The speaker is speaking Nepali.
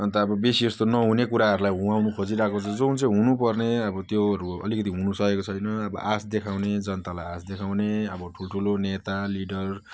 अन्त अब बेसी जस्तो नहुने कुराहरूलाई हुन खोजिरहेको छ जुन चाहिँ हुनु पर्ने अब त्योहरू अलिकति हुनु सकेको छैन अब आश देखाउने जनतालाई आश देखाउने अब ठुल्ठुलो नेता लिडर